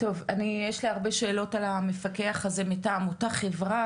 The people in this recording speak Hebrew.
יש לי הרבה שאלות על המפקח הזה מטעם אותה חברה,